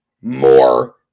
more